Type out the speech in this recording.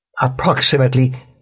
approximately